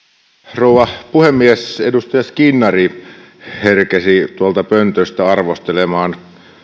rouva puhemies edustaja skinnari herkesi tuolta pöntöstä arvostelemaan